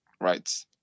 Right